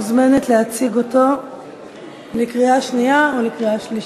את מוזמנת להציג אותו לקריאה שנייה ולקריאה שלישית.